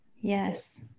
yes